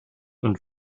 und